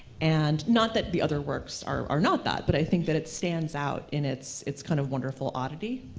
and not that the other works are not that, but i think that it stands out in its its kind of wonderful oddity,